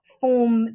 form